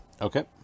Okay